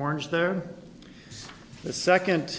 orange there the second